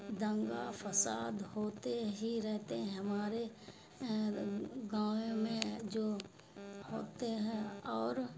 دنگا فساد ہوتے ہی رہتے ہیں ہمارے گاؤں میں جو ہوتے ہیں اور